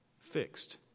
fixed